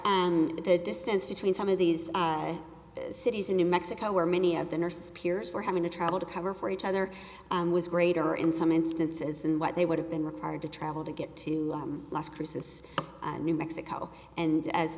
and the distance between some of these cities in new mexico where many of the nurses peers were having to travel to cover for each other was greater in some instances and what they would have been required to travel to get to las cruces new mexico and as